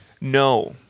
No